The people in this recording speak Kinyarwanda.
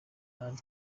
ali